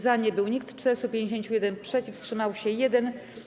Za nie był nikt, 451 - przeciw, wstrzymał się 1.